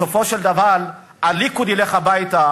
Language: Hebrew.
בסופו של דבר הליכוד ילך הביתה,